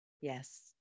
Yes